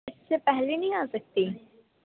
اس سے پہلے نہیں آ سکتی